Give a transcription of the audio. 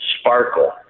sparkle